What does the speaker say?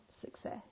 success